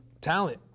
talent